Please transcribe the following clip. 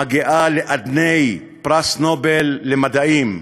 מגיעה לאדני פרס נובל למדעים,